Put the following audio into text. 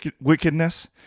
wickedness